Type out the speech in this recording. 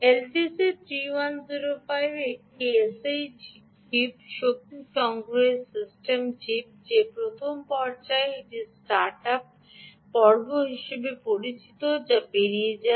LTC 3105 এটি HS chip শক্তি সংগ্রহের সিস্টেম চিপ যে প্রথম পর্যায়ে এটি স্টার্ট আপ পর্ব হিসাবে পরিচিত যা পেরিয়ে যায়